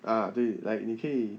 ah 对 like 你可以